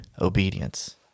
obedience